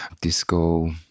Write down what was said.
disco